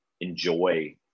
enjoy